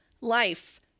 life